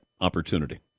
opportunity